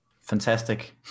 Fantastic